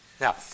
Now